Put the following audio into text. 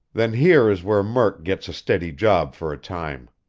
then here is where murk gets a steady job for a time,